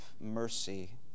mercy